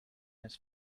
his